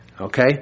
Okay